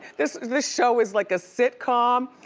this this show is like a sitcom,